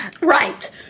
Right